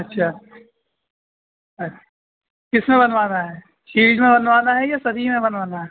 اچھا اچھ کس میں بنوانا ہے چیج میں بنوانا ہے یا صدی میں بنوانا ہے